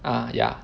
uh ya